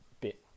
bit